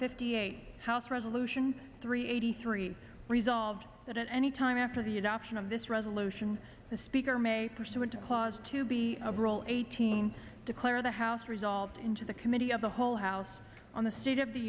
fifty eight house resolution three eighty three resolved that at any time after the adoption of this resolution the speaker made pursuant to cause to be a rule eighteen declare the house resolved into the committee of the whole house on the state of the